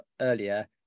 earlier